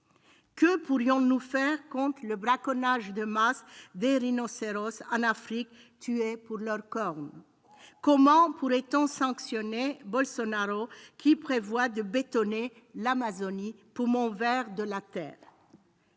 Que pourrions-nous faire contre le braconnage de masse des rhinocéros en Afrique, tués pour leurs cornes ? Comment pourrait-on sanctionner Bolsonaro, qui prévoit de bétonner l'Amazonie, poumon vert de la Terre ?